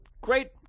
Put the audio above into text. great